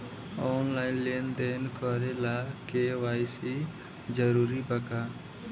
Online लेन देन करे ला के.वाइ.सी जरूरी बा का?